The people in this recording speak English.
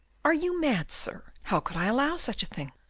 are you mad, sir? how could i allow such a thing?